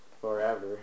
forever